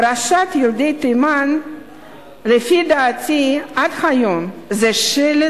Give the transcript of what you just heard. פרשת ילדי תימן היא לפי דעתי עד היום שלד